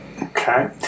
Okay